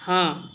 ہاں